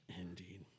Indeed